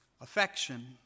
affection